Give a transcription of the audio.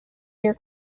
your